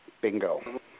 Bingo